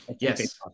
Yes